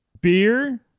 beer